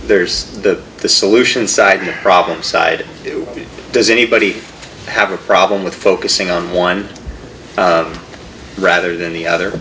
there's the the solution side the problem side does anybody have a problem with focusing on one rather than the other